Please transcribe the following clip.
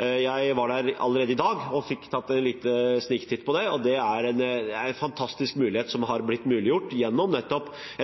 Jeg var der allerede i dag og fikk tatt en liten sniktitt på det. Det er en fantastisk mulighet som er blitt muliggjort nettopp gjennom